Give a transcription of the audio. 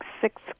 six